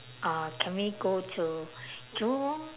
uh can we go to jurong